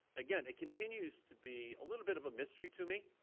again, it continues to be a little bit of a mystery to me.